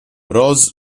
rose